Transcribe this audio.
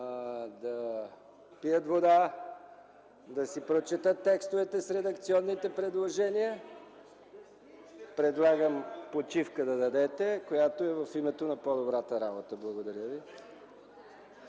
да пият вода, да си прочетат текстовете с редакционните предложения, предлагам да дадете почивка, която е в интерес на по-добрата работа. Благодаря ви.